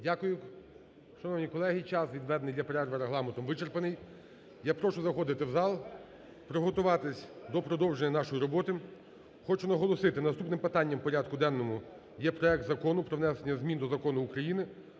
Дякую. Шановні колеги, час, відведений для перерви Регламентом, вичерпаний. Я прошу заходити в зал, приготуватись до продовження нашої роботи. Хочу наголосити: наступним питанням у порядку денному є проект Закону про внесення змін до Закону України